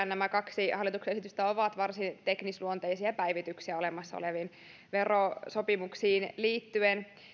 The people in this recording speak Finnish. nämä kaksi hallituksen esitystä ovat varsin teknisluonteisia päivityksiä olemassa oleviin verosopimuksiin liittyen